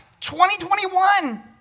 2021